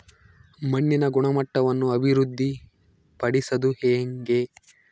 ಮಣ್ಣಿನ ಗುಣಮಟ್ಟವನ್ನು ಅಭಿವೃದ್ಧಿ ಪಡಿಸದು ಹೆಂಗೆ?